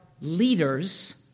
leaders